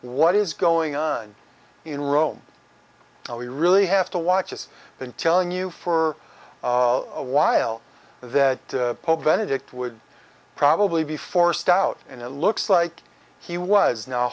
what is going on in rome and we really have to watch has been telling you for a while that pope benedict would probably be forced out and it looks like he was now